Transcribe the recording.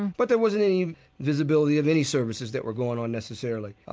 but there wasn't any visibility of any services that were going on, necessarily,